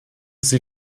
sie